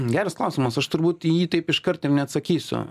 geras klausimas aš turbūt į jį taip iškart jum neatsakysiu